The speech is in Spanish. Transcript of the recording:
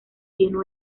lleno